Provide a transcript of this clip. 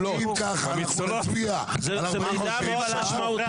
הליכוד --- אם ככה נצביע על 49. 49,